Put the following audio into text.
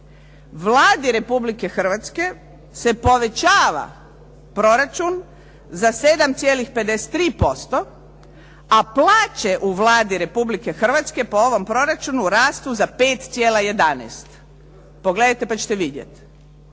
Vladi Republike Hrvatske se povećava proračun za 7,53%, a plaće u Vladi Republike Hrvatske po ovom proračunu rastu za 5,11. Pogledajte pa ćete vidjeti.